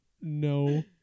No